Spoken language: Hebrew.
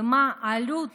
ומה העלות